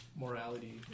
Morality